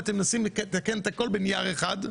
ואתם מנסים לתקן את הכול בנייר אחד.